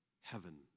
Heaven